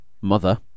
mother